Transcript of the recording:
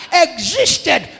existed